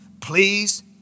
Please